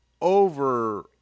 over